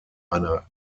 einer